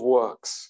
works